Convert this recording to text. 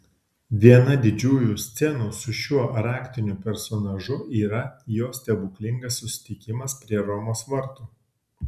viena didžiųjų scenų su šiuo raktiniu personažu yra jo stebuklingas susitikimas prie romos vartų